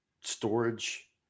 storage